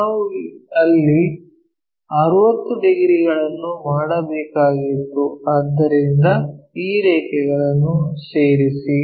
ನಾವು ಅಲ್ಲಿ 60 ಡಿಗ್ರಿಗಳನ್ನು ಮಾಡಬೇಕಾಗಿತ್ತು ಆದ್ದರಿಂದ ಈ ರೇಖೆಗಳನ್ನು ಸೇರಿಸಿ